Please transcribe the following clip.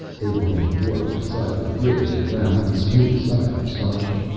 they were on the wharf beside the bridge that ran up the smooth side of the starship.